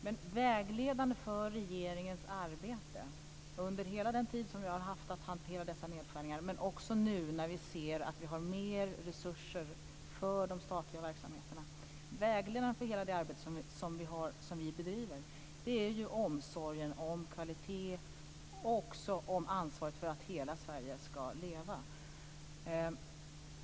Men vägledande för regeringens arbete, under hela den tid som vi har haft att hantera dessa nedskärningar men också nu när vi ser att vi har mer resurser för de statliga verksamheterna, är ju omsorgen om kvalitet och också ansvaret för att hela Sverige skall leva.